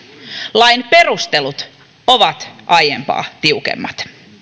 lain perustelut ovat aiempaa tiukemmat